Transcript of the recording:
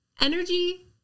energy